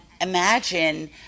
imagine